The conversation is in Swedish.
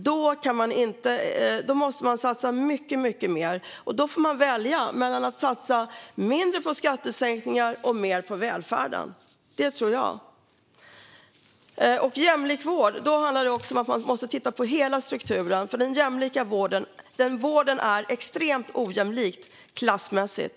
Då måste man satsa mycket mer och får välja att satsa mindre på skattesänkningar och mer på välfärden. Det tror jag. Jämlik vård handlar också om att titta på hela strukturen. Vården är extremt ojämlik klassmässigt.